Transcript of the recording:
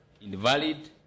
invalid